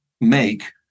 make